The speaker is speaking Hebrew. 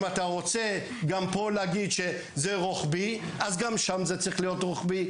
אם אתה רוצה להגיד שפה זה רוחבי אז גם שם זה צריך להיות רוחבי,